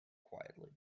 quietly